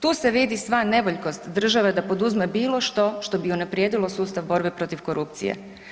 Tu se vidi sva nevoljkost države da poduzme bilo što što bi unaprijedilo sustav borbe protiv korupcije.